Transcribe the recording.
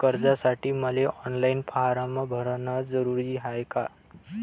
कर्जासाठी मले online form भरन जरुरीच हाय का?